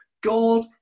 God